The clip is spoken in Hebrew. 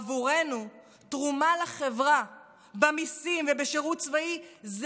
עבורנו תרומה לחברה במיסים ובשירות צבאי היא